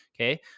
Okay